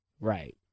Right